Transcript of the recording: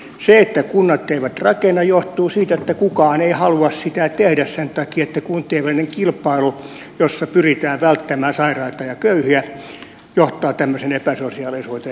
se että kunnat eivät rakenna johtuu siitä että kukaan ei halua sitä tehdä sen takia että kuntien välinen kilpailu jossa pyritään välttämään sairaita ja köyhiä johtaa tämmöiseen epäsosiaalisuuteen